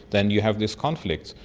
then you have these conflicts.